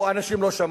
או אנשים לא שמעו.